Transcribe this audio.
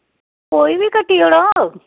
कोई बी कट्टी ओड़ो